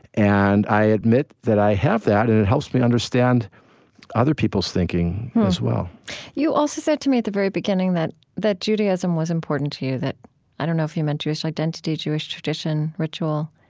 and i admit that i have that, and it helps me understand other people's thinking as well you also said to me at the very beginning that that judaism was important to you, that i don't know if you meant jewish identity, jewish tradition, ritual